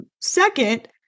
Second